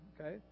Okay